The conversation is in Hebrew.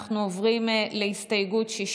אנחנו עוברים להסתייגות מס'